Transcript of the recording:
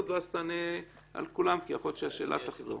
ואז תענה על כולן כי יכול להיות שהשאלה תחזור.